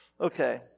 Okay